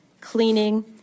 cleaning